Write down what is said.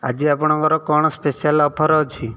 ଆଜି ଆପଣଙ୍କର କ'ଣ ସ୍ପେଶାଲ ଅଫର ଅଛି